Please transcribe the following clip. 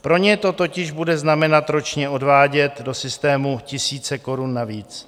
Pro ně to totiž bude znamenat ročně odvádět do systému tisíce korun navíc.